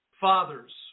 Fathers